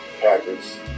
Packers